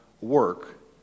work